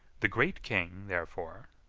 the great king, therefore,